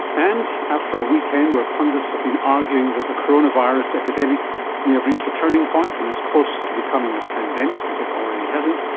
and, after a weekend where pundits have been arguing that the coronavirus epidemic have reached a turning point and is close to becoming a pandemic, if it already hasn't,